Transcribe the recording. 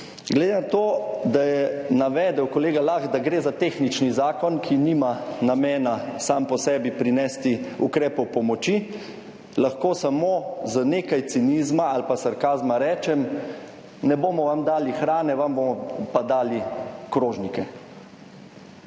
Glede na to, da je navedel kolega Lah, da gre za tehnični zakon, ki nima namena sam po sebi prinesti ukrepov pomoči, lahko samo z nekaj cinizma ali pa sarkazma rečem, ne bomo vam dali hrane, vam bomo pa dali krožnike.